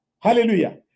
Hallelujah